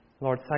Lord